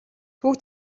түүх